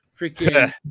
Freaking